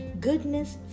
goodness